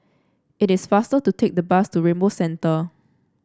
it is faster to take the bus to Rainbow Centre